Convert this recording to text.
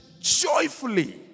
joyfully